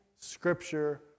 Scripture